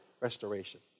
restoration